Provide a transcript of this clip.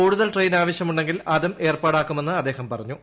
കൂടുതൽ ട്രെയിൻ ആവശ്യമുണ്ടെങ്കിൽ അതും ഏർപ്പാടാക്കുമെന്ന് അദ്ദേഹം പറഞ്ഞു